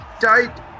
tight